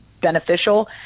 beneficial